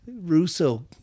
russo